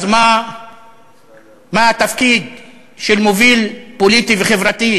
אז מה התפקיד של מוביל פוליטי וחברתי,